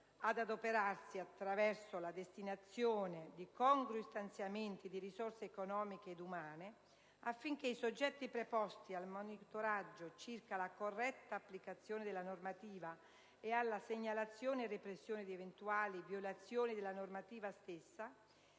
ad adoperarsi, attraverso la destinazione di congrui stanziamenti di risorse economiche ed umane, affinché i soggetti preposti al monitoraggio circa la corretta applicazione della normativa e alla segnalazione e repressione di eventuali violazioni della normativa stessa